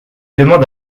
demande